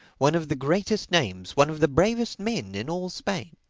one of the greatest names, one of the bravest men, in all spain.